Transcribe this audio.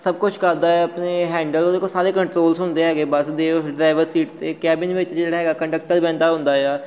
ਸਭ ਕੁਛ ਕਰਦਾ ਆਪਣੇ ਹੈਂਡਲ ਉਹਦੇ ਕੋਲ ਸਾਰੇ ਕੰਟਰੋਲਸ ਹੁੰਦੇ ਹੈਗੇ ਬਸ ਦੇ ਉਸ ਡਰਾਈਵਰ ਸੀਟ 'ਤੇ ਕੈਬਿਨ ਵਿੱਚ ਜਿਹੜਾ ਹੈਗਾ ਕੰਡਕਟਰ ਬਹਿੰਦਾ ਹੁੰਦਾ ਆ